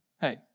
hey